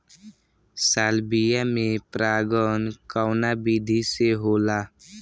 Salvia में परागण कउना विधि से होला?